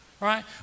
right